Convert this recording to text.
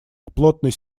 плотной